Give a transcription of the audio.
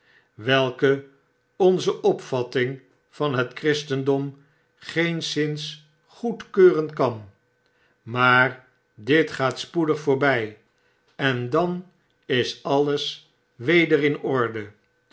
welke onze opvatting van het christendom geenszins goedkeuren kan maar dit gaat spoedig voorbij en dan is alles wederr in orde